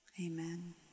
Amen